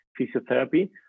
physiotherapy